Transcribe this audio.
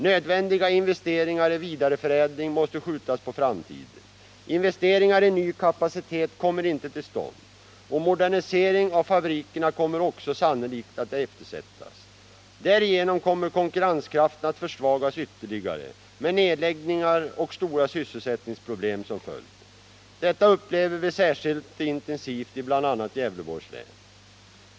Nödvändiga investeringar i vidareförädling måste skjutas på framtiden. Investeringar i ny kapacitet kommer inte till stånd, och moderniseringen av fabrikerna kommer också sannolikt att eftersättas. Därigenom kommer konkurrenskraften att försvagas ytterligare, med nedläggningar och stora sysselsättningsproblem som följd. Detta upplever vi särskilt intensivt i bl.a. Gävleborgs län.